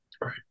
Right